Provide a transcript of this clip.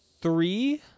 three